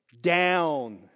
down